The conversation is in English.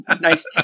Nice